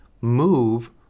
move